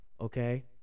okay